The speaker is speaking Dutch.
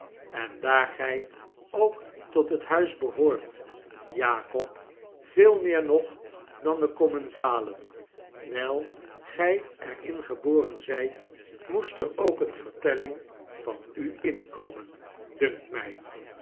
en daar gij ook tot het huis behoort jakob veel meer nog dan de commensalen wijl gij er in geboren zijt moest er ook een vertelling van u inkomen dunkt mij